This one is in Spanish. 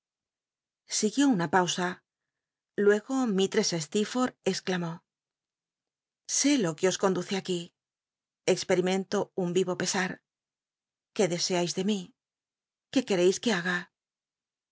siguió una pausa luego mislress sleerforlh ex clamó sé lo uc os conduce aquí cxpcimenlo un vi o pes u qué deseais de mí qué uereis ue haga